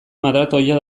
maratoia